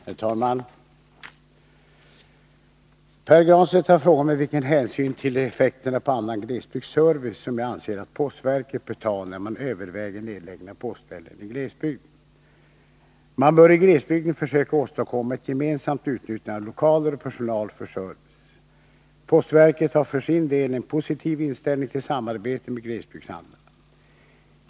Herr talman! Pär Granstedt har frågat mig vilken hänsyn till effekterna på annan glesbygdsservice som jag anser att postverket bör ta när man överväger nedläggning av postställen i glesbygd. Man bör i glesbygden försöka åstadkomma ett gemensamt utnyttjande av lokaler och personal för service. Postverket har för sin del en positiv inställning till samarbete med glesbygdshandlandena.